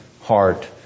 heart